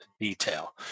detail